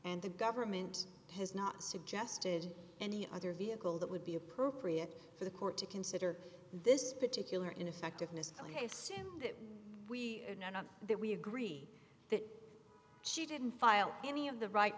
and the government has not suggested any other vehicle that would be appropriate for the court to consider this particular ineffectiveness a assume that we know not that we agree that she didn't file any of the right